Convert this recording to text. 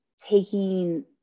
taking